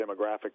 demographic